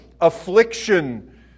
affliction